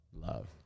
love